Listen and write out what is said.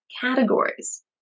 categories